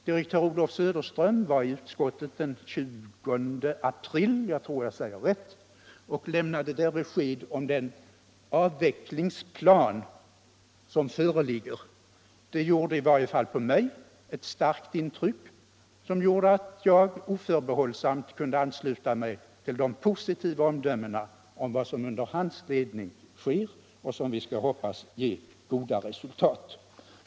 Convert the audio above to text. Direktör Olof Söderström var i utskottet den 20 april — jag tror att jag säger rätt — och lämnade oss besked om den avvecklingsplan som föreligger. Det gjorde i varje fall på mig ett starkt intryck och ledde till att jag oförbehållsamt kunde ansluta mig till de positiva omdömena om vad som under hans ledning sker och som vi skall hoppas ger goda resultat.